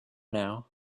now